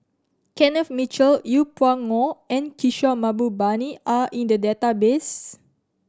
Kenneth Mitchell Yeng Pway Ngon and Kishore Mahbubani are in the database